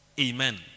Amen